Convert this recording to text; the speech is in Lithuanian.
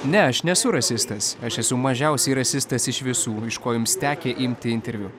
ne aš nesu rasistas aš esu mažiausiai rasistas iš visų iš ko jums tekę imti interviu